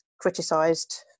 criticised